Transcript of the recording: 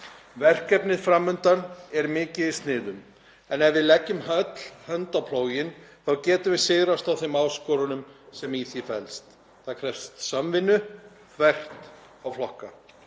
Verkefnið fram undan er mikið í sniðum en ef við leggjum öll hönd á plóginn þá getum við sigrast á þeim áskorunum sem í því felst. Það krefst samvinnu þvert á flokka.